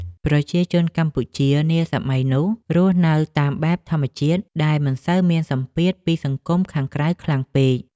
ប្រជាជនកម្ពុជានាសម័យនោះរស់នៅតាមបែបធម្មជាតិដែលមិនសូវមានសម្ពាធពីសង្គមខាងក្រៅខ្លាំងពេក។